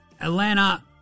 Atlanta